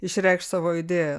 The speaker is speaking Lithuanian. išreikšt savo idėją